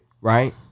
Right